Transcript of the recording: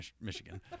Michigan